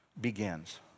begins